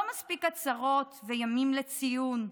לא מספיקים הצהרות וימים לציון,